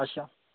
अच्छा